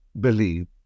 believe